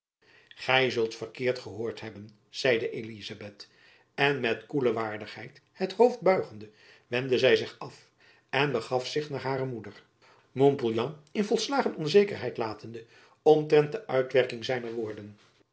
gy zult verkeerd gehoord hebben zeide elizabeth en met koele waardigheid het hoofd buigende wendde zy zich af en begaf zich naar hare moeder montpouillan in volslagen onzekerheid latende omtrent de uitwerking zijner woorden